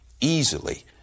easily